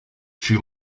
she